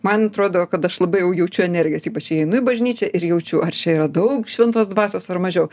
man atrodo kad aš labai jau jaučiu energijas ypač įeinu į bažnyčią ir jaučiu ar čia yra daug šventos dvasios ar mažiau